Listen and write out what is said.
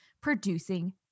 producing